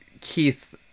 Keith